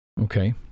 Okay